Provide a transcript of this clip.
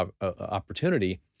opportunity